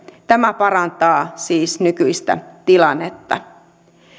tämä parantaa siis nykyistä tilannetta